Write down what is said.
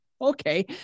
Okay